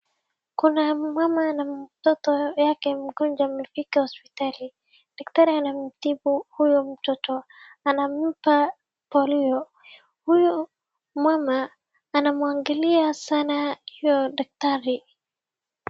Kuna mmama na mtoto yake mgonjwa amefika hospitali. Daktari anamtibu huyo mtoto. Anampaa polio ,huyo mama anamgalia sana daktari.